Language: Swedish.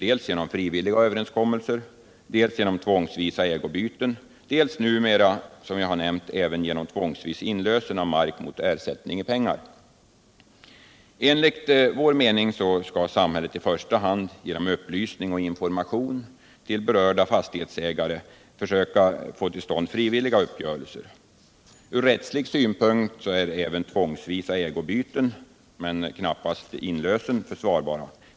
Enligt vår mening skall samhället i första hand genom upplysning och information till berörda fastighetsägare försöka, få till stånd frivilliga uppgörelser. Ur rättslig synpunkt är även tvångsvisa ägobyten men knappast inlösen försvarbara.